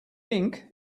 ink